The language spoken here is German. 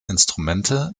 instrumente